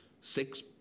six